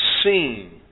seen